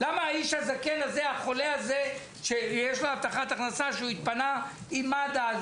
למה האיש הזקן החולה שיש לו אבטחת הכנסה והתפנה עם מד"א זה